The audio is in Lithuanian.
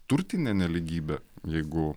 turtinė nelygybė jeigu